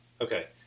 okay